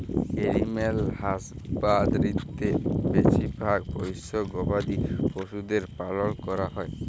animal হাসবাঁদরিতে বেছিভাগ পোশ্য গবাদি পছুদের পালল ক্যরা হ্যয়